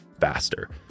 faster